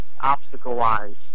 obstacle-wise